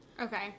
Okay